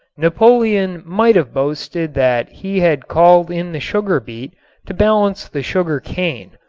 napoleon might have boasted that he had called in the sugar beet to balance the sugar cane.